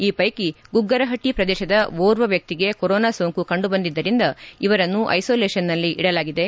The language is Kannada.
ಈ ಪೈಕಿ ಗುಗ್ಗರಪಟ್ಟ ಪ್ರದೇಶದ ಓರ್ವ ವ್ಯಕ್ತಿಗೆ ಕೊರೋನಾ ಸೋಂಕು ಕಂಡು ಬಂದಿದ್ದರಿಂದ ಇವರನ್ನು ಐಸೋಲೇಷನ್ನಲ್ಲಿ ಇಡಲಾಗಿದೆ